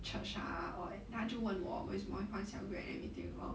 church ah or 他就问我为什么会换 cell group and everything lor